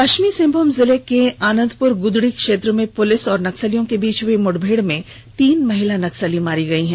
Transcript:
पश्चिमी सिंहभूम जिले के आनंदपुर गुदड़ी क्षेत्र में पुलिस और नक्सलियों के बीच हुई मुठभेड़ में तीन महिला नक्सली मारी गयीं